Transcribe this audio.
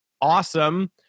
Awesome